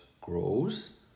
grows